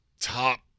top